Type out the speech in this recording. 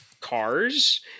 cars